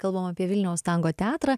kalbam apie vilniaus tango teatrą